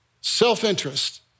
self-interest